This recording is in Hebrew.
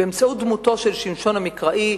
באמצעות דמותו של שמשון המקראי,